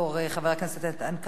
חבר הכנסת איתן כבל,